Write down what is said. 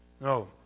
No